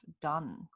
done